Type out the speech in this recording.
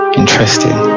interesting